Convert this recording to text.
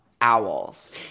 owls